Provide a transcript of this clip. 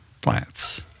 plants